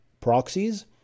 proxies